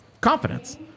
confidence